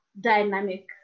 dynamic